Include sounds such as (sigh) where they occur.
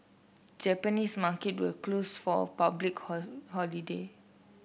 Japanese market were closed for a public (unintelligible) holiday